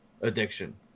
addiction